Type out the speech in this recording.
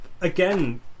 again